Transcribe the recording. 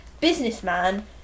businessman